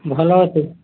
ଭଲ ଅଛି